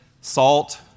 salt